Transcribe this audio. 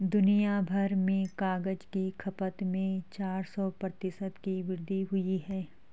दुनियाभर में कागज की खपत में चार सौ प्रतिशत की वृद्धि हुई है